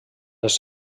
les